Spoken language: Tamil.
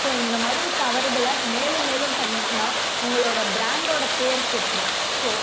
ஸோ இந்த மாதிரி தவறுகளை மேலும் மேலும் பண்ணா உங்களோட ப்ராண்டோட பேர் கெட்ரும் ஸோ